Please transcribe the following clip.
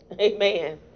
Amen